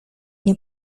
nie